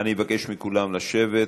אני מבקש מכולם לשבת,